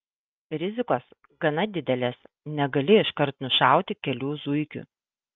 rizikos gana didelės negali iškart nušauti kelių zuikių